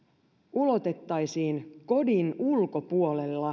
ulotettaisiin kodin ulkopuolella